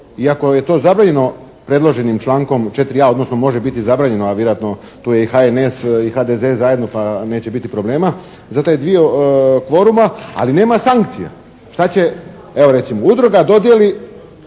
iako je to zabranjeno predloženim člankom 4.a odnosno može biti zabranjeno a vjerojatno to je i HNS i HDZ zajedno pa neće biti problema za taj dio kvoruma, ali nema sankcija. Šta će, evo recimo udruga dodijeli